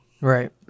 Right